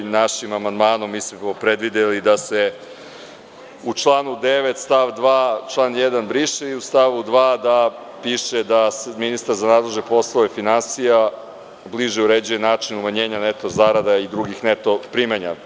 Našim amandmanom smo predvideli da se u članu 9. stav 2, član 1. briše i u stavu 2. da piše da ministar nadležan za poslove finansija bliže uređuje način umanjenja neto zarada i drugih neto primanja.